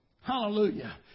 Hallelujah